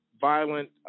violent